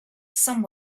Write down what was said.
some